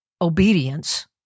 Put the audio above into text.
obedience